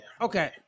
Okay